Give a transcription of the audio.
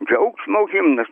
džiaugsmo himnas